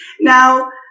now